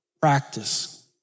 practice